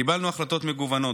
קיבלנו החלטות מגוונות.